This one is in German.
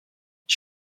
ich